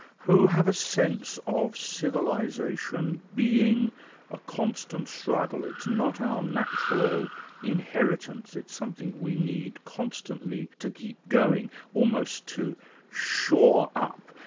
who have a sense of civilisation being a constant struggle it's not our natural inheritance, it's something we need constantly to keep going, almost to shore up.